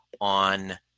on